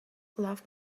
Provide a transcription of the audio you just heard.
love